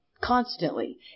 constantly